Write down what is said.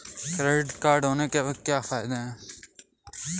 Credit card होने के क्या फायदे हैं?